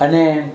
અને